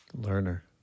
Learner